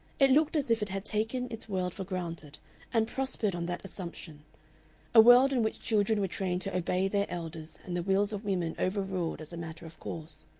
it looked as if it had taken its world for granted and prospered on that assumption a world in which children were trained to obey their elders and the wills of women over-ruled as a matter of course.